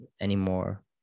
anymore